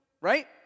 Right